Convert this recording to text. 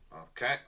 Okay